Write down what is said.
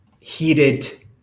heated